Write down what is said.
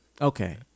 Okay